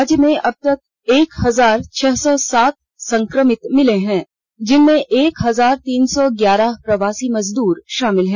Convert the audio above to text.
राज्य में अब तक एक हजार छह सौ सात संक्रमित मिले हैं जिनमें एक हजार तीन सौ ग्यारह प्रवासी मजदूर शामिल हैं